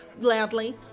loudly